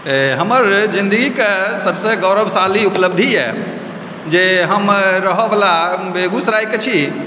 हमर जिन्दगीके सबसँ गौरवशाली उपलब्धि यऽ जे हम रहऽवला बेगूसरायके छी